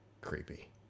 creepy